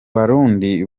barundi